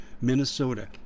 Minnesota